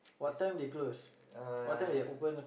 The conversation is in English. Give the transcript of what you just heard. it's uh